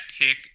pick